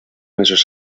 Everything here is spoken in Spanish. esos